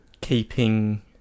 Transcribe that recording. keeping